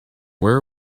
where